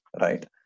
right